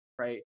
right